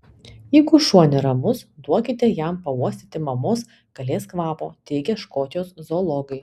jeigu šuo neramus duokite jam pauostyti mamos kalės kvapo teigia škotijos zoologai